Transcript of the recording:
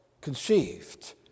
conceived